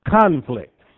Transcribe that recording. conflict